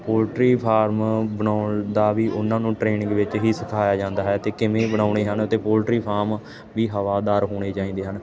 poultry farm ਬਣਾਉਣ ਦਾ ਵੀ ਉਨ੍ਹਾਂ ਨੂੰ ਟਰੇਨਿੰਗ ਵਿੱਚ ਹੀ ਸਿਖਾਇਆ ਜਾਂਦਾ ਹੈ ਤੇ ਕਿਵੇਂ ਬਣਾਉਣੇ ਹਨ ਅਤੇ ਪਲੋਟਰੀ ਫਾਰਮ ਵੀ ਹਵਾਦਾਰ ਹੋਣੇ ਚਾਈਂਦੇ ਹਨ